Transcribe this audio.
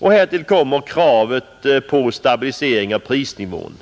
Härtill kommer kravet på stabilisering av prisnivån.